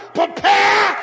prepare